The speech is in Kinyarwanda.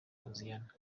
hoziana